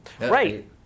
Right